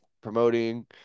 Promoting